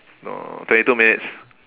uh twenty two minutes